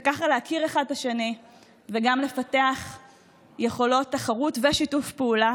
וככה להכיר אחד את השני וגם לפתח יכולות תחרות ושיתוף פעולה